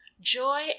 Joy